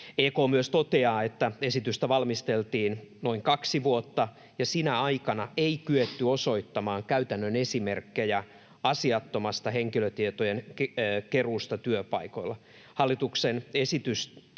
EK myös toteaa: ”Esitystä valmisteltiin noin kaksi vuotta, ja sinä aikana ei kyetty osoittamaan käytännön esimerkkejä asiattomasta henkilötietojen keruusta työpaikoilla.